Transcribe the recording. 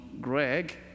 Greg